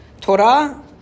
Torah